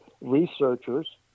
researchers